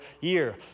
year